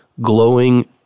glowing